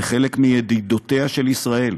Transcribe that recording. לחלק מידידותיה של ישראל,